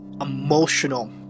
emotional